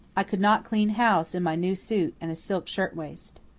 i could not clean house in my new suit and a silk shirtwaist.